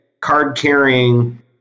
card-carrying